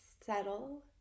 settle